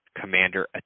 commander